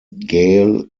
gael